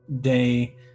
day